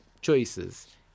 choices